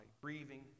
Breathing